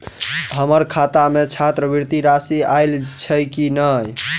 हम्मर खाता मे छात्रवृति राशि आइल छैय की नै?